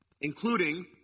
including